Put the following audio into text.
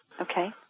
Okay